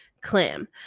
clam